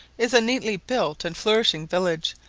is a neatly built and flourishing village,